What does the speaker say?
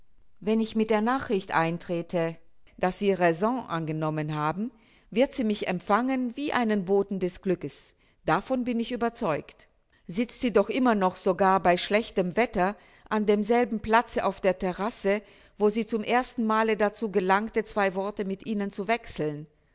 wenn ich mit der nachricht eintrete daß sie raison angenommen haben wird sie mich empfangen wie einen boten des glückes davon bin ich überzeugt sitzt sie doch immer noch sogar bei schlechtem wetter an demselben platze auf der terasse wo sie zum erstenmale dazu gelangte zwei worte mit ihnen zu wechseln